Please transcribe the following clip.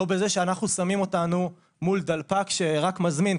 לא בזה ששמים אותנו מול דלפק שרק מזמין,